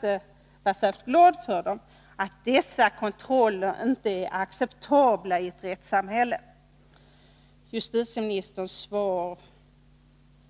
Det är riktigt att justitieministern själv inte är särskilt glad över dem, men justitieministerns svar